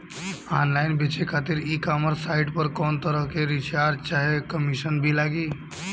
Online बेचे खातिर e commerce site पर कौनोतरह के चार्ज चाहे कमीशन भी लागी?